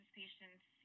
patients